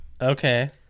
Okay